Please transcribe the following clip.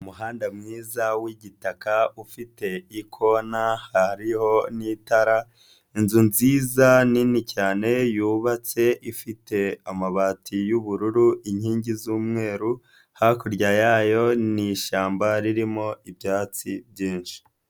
Umuhanda mwiza wigitaka ufite ikona hariho n'itara, inzu nziza nini cyane yubatse ifite amabati y'ubururu inkingi z'umweru, hakurya yayo ni ishyamba ririmo ibyatsi byinshi.